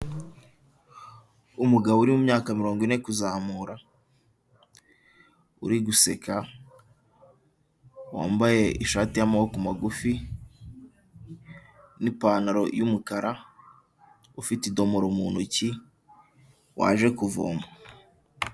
Umugabo uri mu myaka mirongo ine kuzamura uri guseka, wambaye ishati y'amaboko magufi n'ipantaro y'umukara, ufite idomoro mu ntoki waje kuvoma.